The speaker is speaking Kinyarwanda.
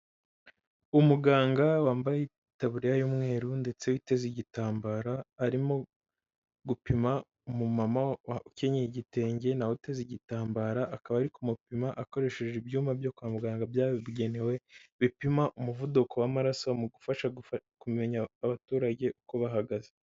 Umuganga wambaye taburiya y'umweru ndetse uteze igitambara, arimo gupima umumama ukenye igitenge, na we uteze igitambara, akaba ari kumupima akoresheje ibyuma byo kwa muganga byabigenewe, bipima umuvuduko w'amaraso, mu gufasha kumenya abaturage uko bahagaze.